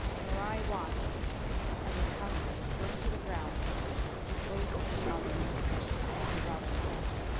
mari watched as her house burned to the ground with both her mother and her daughter inside.